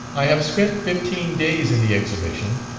i have spent fifteen days in the exhibition,